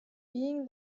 being